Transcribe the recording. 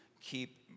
Keep